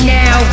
now